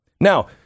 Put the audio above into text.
Now